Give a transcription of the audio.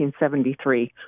1973